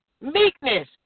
meekness